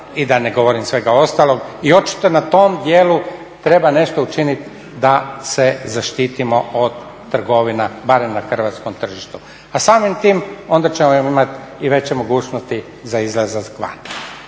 i da ne govorim svega ostalog i očito na tom dijelu treba nešto učiniti da se zaštitimo od trgovina, barem na hrvatskom tržištu. A samim tim onda ćemo imati i veće mogućnosti za izlazak van.